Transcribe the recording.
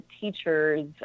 teachers